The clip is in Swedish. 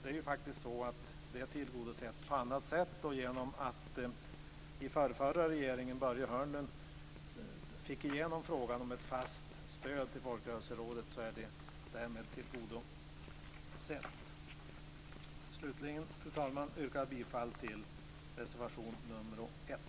Detta är faktiskt tillgodosett på annat sätt genom att Börje Hörnlund i förrförra regeringen fick igenom frågan om ett fast stöd till Folkrörelserådet. Fru talman! Jag yrkar bifall till reservation nr 1.